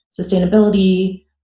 sustainability